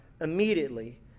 immediately